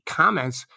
comments